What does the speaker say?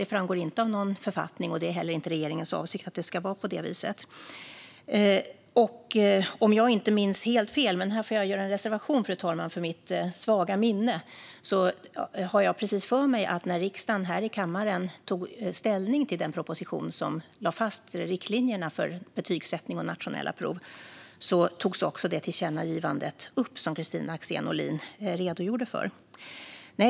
Det framgår inte av någon författning, och det är heller inte regeringens avsikt att det ska vara på det viset. Om jag inte minns helt fel, och här får jag göra en reservation för mitt svaga minne, fru talman, har jag precis för mig att när riksdagen här i kammaren tog ställning till den proposition som lade fast riktlinjerna för betygsättning och nationella prov togs också det tillkännagivande upp som Kristina Axén Olin redogjorde för.